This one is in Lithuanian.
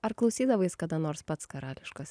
ar klausydavais kada nors pats karališkos